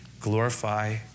glorify